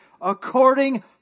According